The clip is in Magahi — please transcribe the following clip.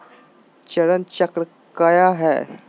चरण चक्र काया है?